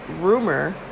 rumor